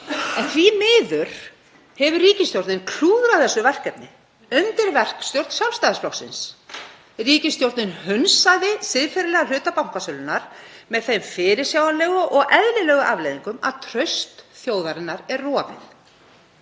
Því miður hefur ríkisstjórnin klúðrað þessu verkefni undir verkstjórn Sjálfstæðisflokksins. Ríkisstjórnin hunsaði siðferðilega hluta Bankasýslunnar með þeim fyrirsjáanlegu og eðlilegu afleiðingum að traust þjóðarinnar er rofið.